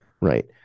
right